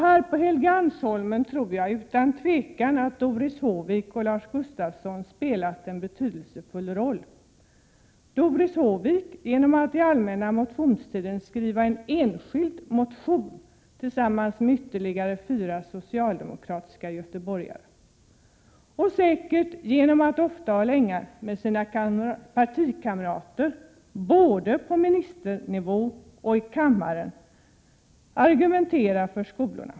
Här på Helgeandsholmen är det, utan tvivel, Doris Håvik och Lars Gustafsson som har spelat en betydelsefull roll — Doris Håvik genom att under den allmänna motionstiden skriva en enskild motion tillsammans med ytterligare fyra socialdemokratiska göteborgare och säkert genom att argumentera både ofta och länge inför sina partikamrater, såväl på ministernivå som här i kammaren, till förmån för de här skolorna.